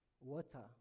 water